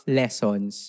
lessons